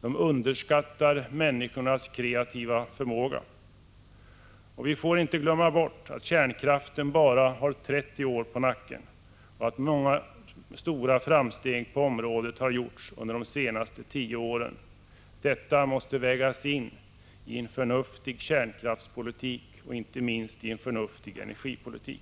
De underskattar människornas kreativa förmåga. Vi får inte glömma bort att kärnkraften bara har 30 år på nacken och att många stora framsteg på området har gjorts under de senaste 10 åren. Detta måste vägas in i en förnuftig kärnkraftspolitik och inte minst i en förnuftig energipolitik.